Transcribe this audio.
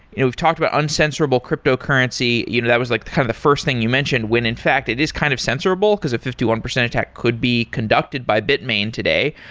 we've talked about uncensorable cryptocurrency, you know that was like the kind of the first thing you mentioned when in fact it is kind of censorable, because if fifty one percent attack could be conducted by bitmain today.